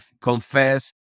confess